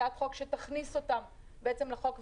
שתכניס אותם לחוק,